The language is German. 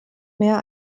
mehr